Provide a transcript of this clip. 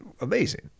Amazing